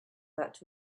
that